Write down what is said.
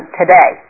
today